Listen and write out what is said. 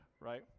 right